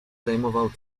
zajmował